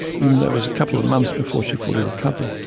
even though it was a couple of months before she fully recovered.